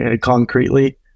concretely